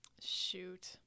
shoot